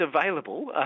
available